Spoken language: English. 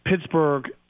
Pittsburgh